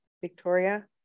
Victoria